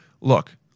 Look